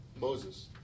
Moses